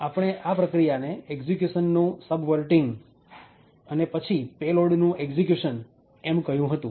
આપણે આ પ્રક્રિયાને એક્ષિક્યુશનનું સબવરટીંગ અને પછી પેલોડનું એક્ષિક્યુશન એમ કહ્યું હતું